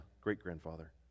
great-grandfather